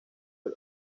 del